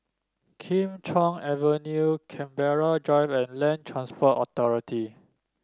Kim Chuan Avenue Canberra Drive and Land Transport Authority